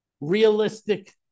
realistic